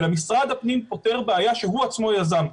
אלא משרד הפנים פותר בעיה שהוא עצמו ---.